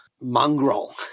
mongrel